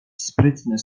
sprytny